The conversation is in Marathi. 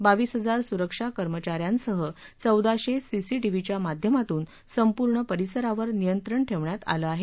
बावीस हजार सुरक्षा कर्मचा यांसह चौदाशे सीसीटीव्हीच्या माध्यमातून संपूर्ण परिसरावर नियंत्रण ठेवण्यात आलं आहे